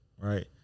Right